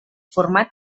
format